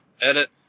edit